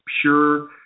pure